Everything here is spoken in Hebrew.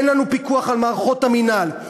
אין לנו פיקוח על מערכות המינהל.